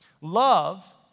Love